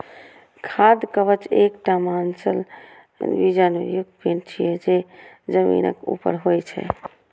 खाद्य कवक एकटा मांसल बीजाणु युक्त पिंड छियै, जे जमीनक ऊपर होइ छै